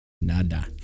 Nada